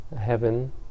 heaven